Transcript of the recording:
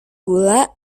gula